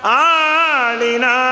alina